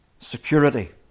security